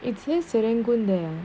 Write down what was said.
it's say serangoon there